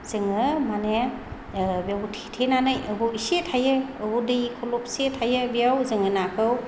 जोङो माने बेवबो थेथेनानै बबाव एसे थायो बबाव दै खलबसे थायो बेयाव जोङो नाखौ